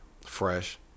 Fresh